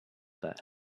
that